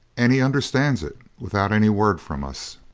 and he understands it without any words from us.